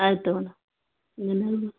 ಆಯಿತು ಮೇಡಮ್